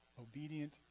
obedient